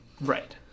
Right